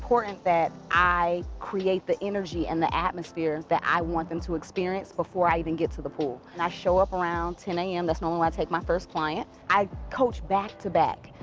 important that i create the energy and the atmosphere that i want them to experience before i even get to the pool. and i show up around ten a m. that's normally when i take my first client. i coach back to back.